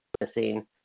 missing